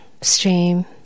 stream